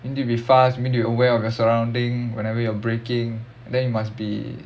you need to be fast you need to be aware of your surroundings whenever you're braking then you must be